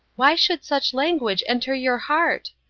why should such language enter your heart?